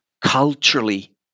culturally